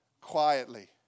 quietly